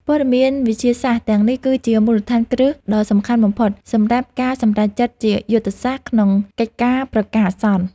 ព័ត៌មានវិទ្យាសាស្ត្រទាំងនេះគឺជាមូលដ្ឋានគ្រឹះដ៏សំខាន់បំផុត សម្រាប់ការសម្រេចចិត្តជាយុទ្ធសាស្ត្រក្នុងកិច្ចការប្រកាសអាសន្ន។